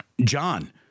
John